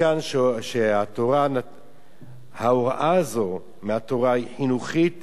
מכאן שההוראה הזאת מהתורה היא חינוכית,